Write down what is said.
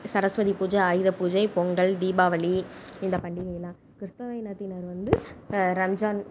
சரஸ்வதி பூஜை ஆயுத பூஜை பொங்கல் தீபாவளி இந்த பண்டிகைள்லான் கிறிஸ்தவ இனத்தினர் வந்து ரம்ஜான்